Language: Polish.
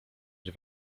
nie